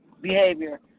behavior